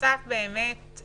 שחשף את המערומים.